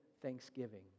thanksgiving